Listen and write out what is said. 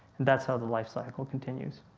that's how the life cycle continues.